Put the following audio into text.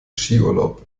skiurlaub